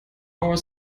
our